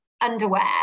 underwear